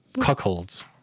cuckolds